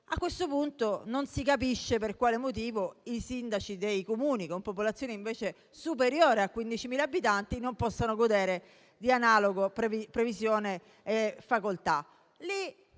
A questo punto, non si capisce per quale motivo i sindaci dei Comuni con popolazione superiore a 15.000 abitanti non possano godere di analoga previsione e facoltà.